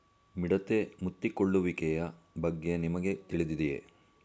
ಮಿಡತೆ ಮುತ್ತಿಕೊಳ್ಳುವಿಕೆಯ ಬಗ್ಗೆ ನಿಮಗೆ ತಿಳಿದಿದೆಯೇ?